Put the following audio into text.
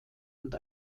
und